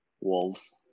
Wolves